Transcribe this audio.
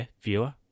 viewer